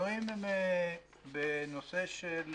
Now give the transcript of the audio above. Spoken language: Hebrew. השינויים הם בנושא של